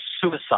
suicide